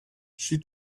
she